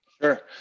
Sure